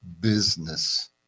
business